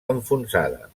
enfonsada